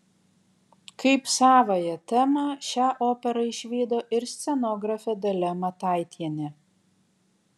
kaip savąją temą šią operą išvydo ir scenografė dalia mataitienė